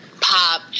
pop